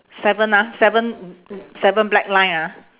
seven ah seven seven black line ah